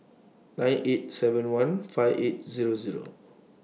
nine eight seven one five eight Zero Zero